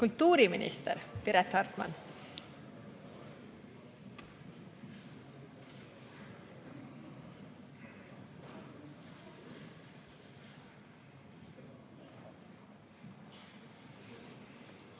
Kultuuriminister Piret Hartman.